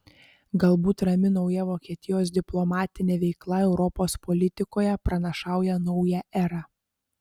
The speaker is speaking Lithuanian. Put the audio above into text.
galbūt rami nauja vokietijos diplomatinė veikla europos politikoje pranašauja naują erą